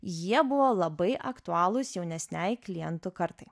jie buvo labai aktualūs jaunesnei klientų kartai